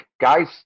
Guys